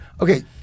Okay